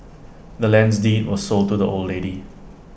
the land's deed was sold to the old lady